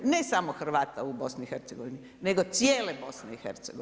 Ne samo Hrvata u BIH, nego cijele BIH.